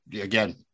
again